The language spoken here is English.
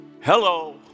hello